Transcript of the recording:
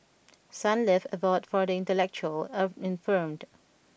Sunlove Abode for the Intellectually of Infirmed